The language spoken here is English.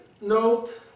note